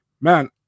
man